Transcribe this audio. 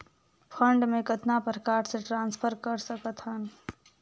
Fund मे कतना प्रकार से ट्रांसफर कर सकत हन?